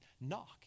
Knock